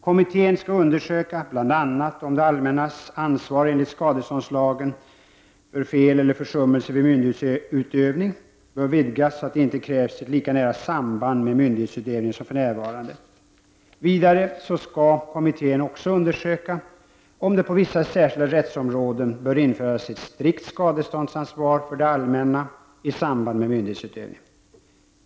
Kommittén skall bl.a. undersöka om det allmännas ansvar enligt skadeståndslagen för fel eller försummelse vid myndighetsutövning bör vidgas, så att det inte krävs ett lika nära samband med myndighetsutövning som för närvarande. Vidare skall kommittén också undersöka om det på vissa särskilda rättsområden bör införas ett strikt skadeståndsansvar för det allmänna i samband med myndighetsutövning.